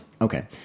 Okay